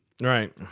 right